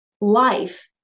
life